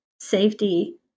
safety